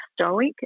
stoic